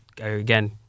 again